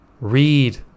read